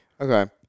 Okay